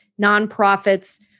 nonprofits